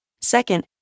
Second